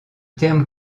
terme